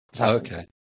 Okay